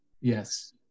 Yes